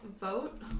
vote